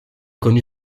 connu